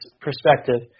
perspective